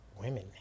women